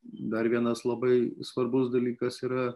dar vienas labai svarbus dalykas yra